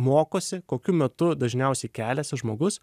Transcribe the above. mokosi kokiu metu dažniausiai keliasi žmogus